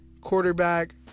quarterback